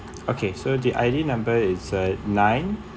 okay so the I_D number is uh nine